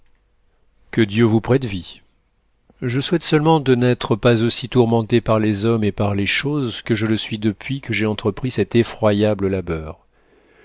que dieu vous prête vie je souhaite seulement de n'être pas aussi tourmenté par les hommes et par les choses que je le suis depuis que j'ai entrepris cet effroyable labeur